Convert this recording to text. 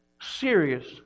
serious